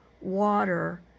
water